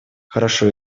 хорошо